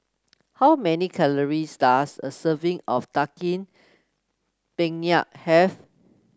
how many calories does a serving of Daging Penyet have